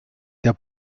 der